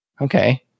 Okay